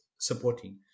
supporting